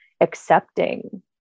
accepting